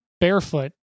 barefoot